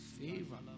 favor